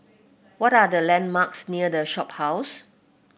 what are the landmarks near The Shophouse